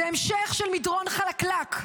זה המשך של מדרון חלקלק,